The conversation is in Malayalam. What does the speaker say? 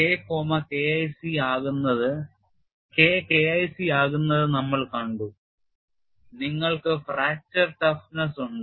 K K IC യാകുന്നത് നമ്മൾ കണ്ടു നിങ്ങൾക്ക് ഫ്രാക്ചർ tougness ഉണ്ട്